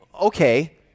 okay